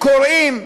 קוראים,